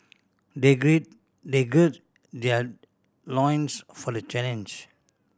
they they gird their loins for the challenge